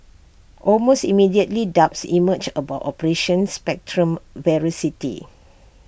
almost immediately doubts emerged about operations Spectrum's veracity